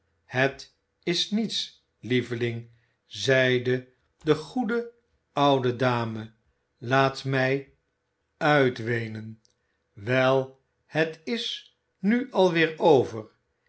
het is niets lieveling zeide de goede oude dame iaat mij uitweenen wel het is nu alweer over